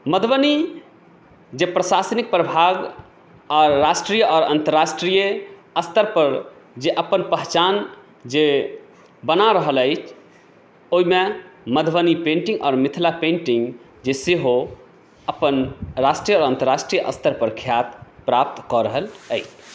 मधुबनी जे प्रशासनिक प्रभाग राष्ट्रीय आओर अन्तराष्ट्रीय स्तरपर जे अपन पहिचान जे बना रहल अछि ओहिमे मदुबनी पेन्टिंग आओर मिथिला पेन्टिंग जे सेहो अपन राष्ट्रीय आओर अन्तराष्ट्रीय स्तरपर ख्याति प्राप्त कऽ रहल अछि